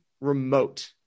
remote